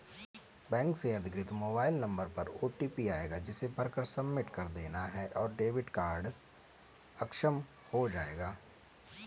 bank से अधिकृत mobile number पर ओटीपी आएगा जिसे भरकर सबमिट कर देना है और डेबिट कार्ड अक्षम हो जाएगा